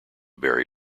bury